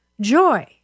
joy